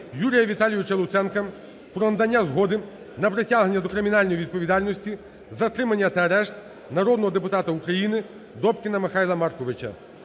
Юрія Віталійовича Луценка про надання згоди на притягнення до кримінальної відповідальності, затримання та арешт народного депутата України Добкіна Михайла Марковича.